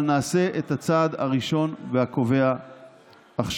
אבל נעשה את הצעד הראשון והקובע עכשיו.